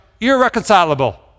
irreconcilable